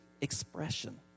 expression